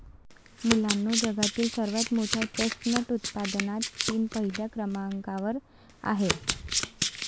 मुलांनो जगातील सर्वात मोठ्या चेस्टनट उत्पादनात चीन पहिल्या क्रमांकावर आहे